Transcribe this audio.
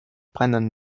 brennen